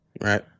Right